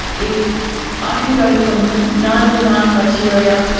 if i can go from nine of the nine criteria,